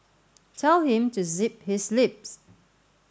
tell him to zip his lips